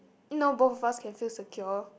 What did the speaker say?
now both of us can feel secure